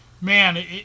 man